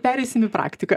pereisim į praktiką